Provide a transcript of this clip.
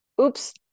Oops